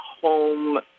home